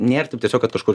nėr taip tiesiog kad kažkur